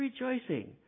rejoicing